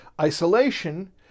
isolation